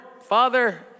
Father